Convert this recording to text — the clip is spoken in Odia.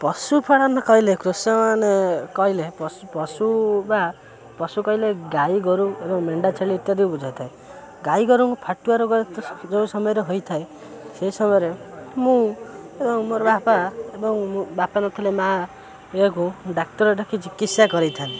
ପଶୁପାଳନ କହିଲେ କୃଷକମାନେ କହିଲେ ପଶୁ ପଶୁ ବା ପଶୁ କହିଲେ ଗାଈ ଗୋରୁ ଏବଂ ମେଣ୍ଢା ଛେଳି ଇତ୍ୟାଦି ବୁଝାଇଥାଏ ଗାଈ ଗୋରୁଙ୍କୁ ଫାଟୁଆ ରୋଗ ଯେଉଁ ସମୟରେ ହୋଇଥାଏ ସେ ସମୟରେ ମୁଁ ଏବଂ ମୋର ବାପା ଏବଂ ବାପା ନଥିଲେ ମାଁ ୟାକୁ ଡାକ୍ତର ଡାକି ଚିକିତ୍ସା କରିଥାନ୍ତି